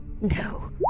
No